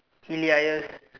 Elias